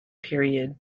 period